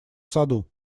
саду